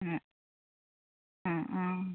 ആ ആ ആ